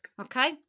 Okay